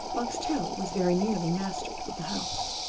boxtel was very nearly master of the house.